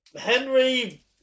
Henry